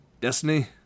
Destiny